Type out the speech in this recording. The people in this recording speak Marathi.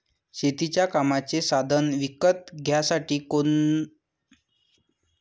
शेतीच्या कामाचे साधनं विकत घ्यासाठी कोनतं ॲप हाये का?